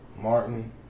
martin